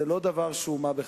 זה לא דבר של מה בכך.